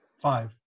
Five